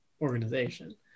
organization